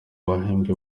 bahembwe